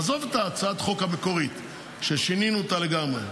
עזוב את הצעת החוק המקורית ששינינו אותה לגמרי,